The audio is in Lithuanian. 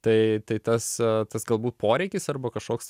tai tai tas tas galbūt poreikis arba kažkoks